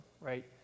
right